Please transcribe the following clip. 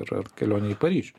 ar ar kelionei į paryžių